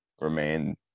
remain